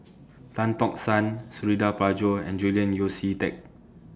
Tan Tock San Suradi Parjo and Julian Yeo See Teck